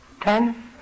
Ten